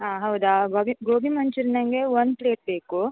ಹಾಂ ಹೌದಾ ಗೊಬಿ ಗೋಬಿ ಮಂಚೂರಿ ನನಗೆ ಒಂದು ಪ್ಲೇಟ್ ಬೇಕು